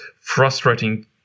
frustrating